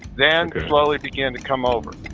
then, slowly begin to come over.